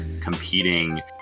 competing